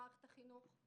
במערכת החינוך,